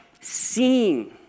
seeing